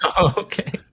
Okay